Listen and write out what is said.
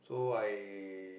so I